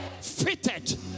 fitted